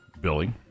Billy